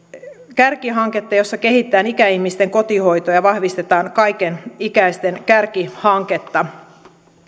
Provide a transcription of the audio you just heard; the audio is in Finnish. kärkihanketta jossa kehitetään ikäihmisten kotihoitoa ja vahvistetaan kaikenikäisten kotihoidon kärkihanketta